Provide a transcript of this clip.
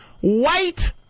white